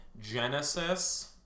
Genesis